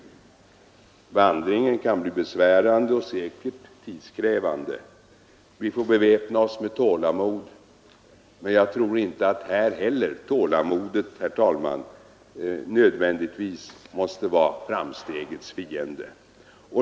Vandringen kan bli besvärlig och säkerligen tidskrävande. Vi får beväpna oss med tålamod, men jag tror inte att tålamodet här nödvändigtvis måste vara framstegets fiende.